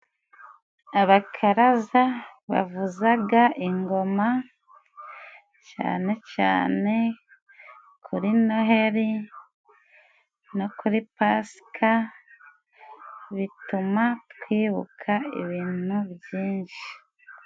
Abakaraza bavuzaga ingoma cyane cyane kuri Noheri no kuri Pasika, bituma twibuka ibintu byinshi.